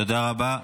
תודה רבה.